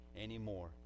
anymore